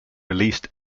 released